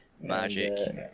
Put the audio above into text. Magic